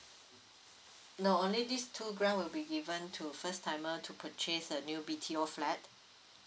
no only these two grant will be given to first timer to purchase a new B_T_O flat